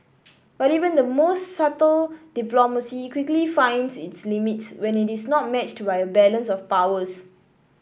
but even the most subtle diplomacy quickly finds its limits when it is not matched by a balance of powers